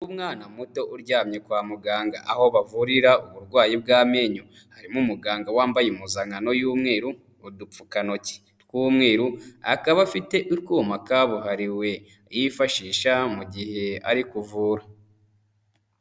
Umwana muto uryamye kwa muganga aho bavurira uburwayi bw'amenyo, harimo umuganga wambaye impuzankano y'umweru, udupfukantoki tw'umweru, akaba afite utwuma kabuhariwe, yifashisha mu gihe ari kuvura.